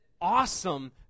awesome